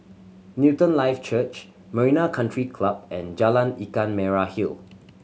Newton Life Church Marina Country Club and Jalan Ikan Merah Hill